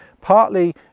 partly